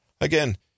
Again